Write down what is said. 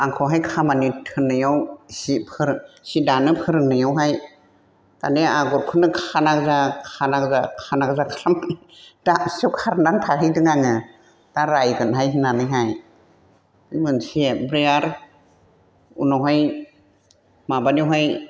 आंखौहाय खामानि थिननायाव जिफोर जि दानो फोरोंनायावहाय दाने आगरखौनो खाना गोजा खाना गोजा खाना गोजा खालामना दाबसियाव खारनानै थाहैदों आङो दा रायगोनहाय होननानैहाय बे मोनसे आमफ्राय आरो उनावहाय माबानायावहाय